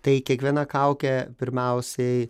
tai kiekviena kaukė pirmiausiai